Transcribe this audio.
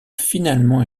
finalement